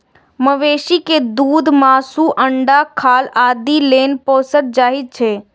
मवेशी कें दूध, मासु, अंडा, खाल आदि लेल पोसल जाइ छै